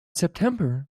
september